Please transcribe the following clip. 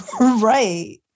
Right